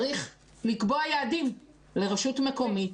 צריך לקבוע יעדים לרשות מקומית,